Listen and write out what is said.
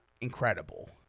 incredible